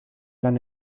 lan